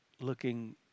looking